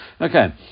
Okay